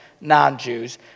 non-Jews